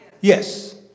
Yes